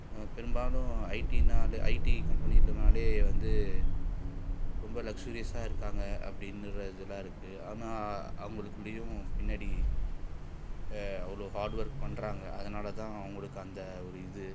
பெரும்பாலும் ஐடினாலே ஐடி கம்பெனினாலே வந்து ரொம்ப லக்ஸ்சூரியஸாக இருக்காங்க அப்படின்னு ஒரு இதெலாம் இருக்கு ஆனால் அவங்களுக்குள்ளேயும் பின்னாடி அவ்வளோ ஹார்ட் ஒர்க் பண்ணுறாங்க அதனால் தான் அவர்களுக்கு அந்த ஒரு இது